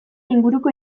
inguruko